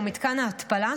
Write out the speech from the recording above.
שהוא מתקן ההתפלה,